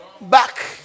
back